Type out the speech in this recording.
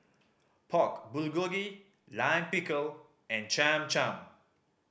Pork Bulgogi Lime Pickle and Cham Cham